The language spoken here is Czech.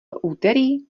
úterý